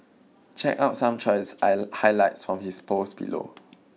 check out some choice highlights from his post below